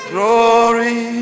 Glory